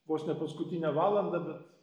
vos ne paskutinę valandą bet